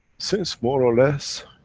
since, more or less,